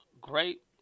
great